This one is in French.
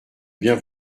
bien